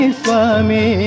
swami